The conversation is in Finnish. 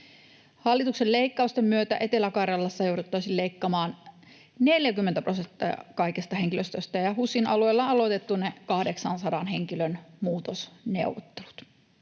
Hallituksen leikkausten myötä Etelä-Karjalassa jouduttaisiin leikkaamaan 40 prosenttia kaikesta henkilöstöstä ja HUSin alueella on aloitettu ne 800 henkilön muutosneuvottelut.